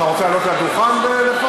אתה רוצה לעלות לדוכן ולפרט?